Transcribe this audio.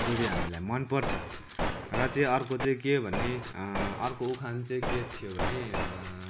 जो चाहिँ हामीलाई मनपर्छ र चाहिँ अर्को चाहिँ के भने अर्को उखान चाहिँ के थियो भने